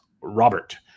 Robert